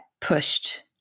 pushed